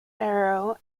barrow